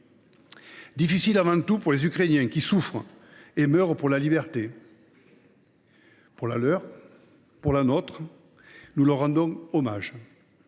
difficile pour les Ukrainiens, qui souffrent et meurent pour la liberté – et pour la nôtre… Nous leur rendons hommage.